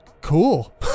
cool